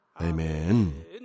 Amen